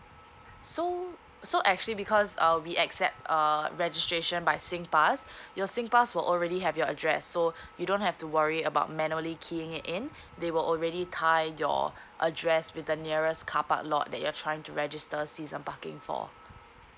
so so actually because uh we accept uh registration by singpass your singpass will already have your address so you don't have to worry about manually keying it in they were already tie your address with the nearest carpark lot that you're trying to register season parking for